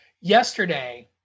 yesterday